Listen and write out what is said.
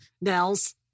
Nels